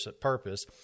purpose